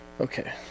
Okay